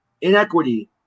inequity